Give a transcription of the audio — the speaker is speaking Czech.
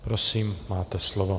Prosím, máte slovo.